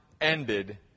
ended